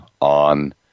on